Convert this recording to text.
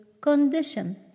condition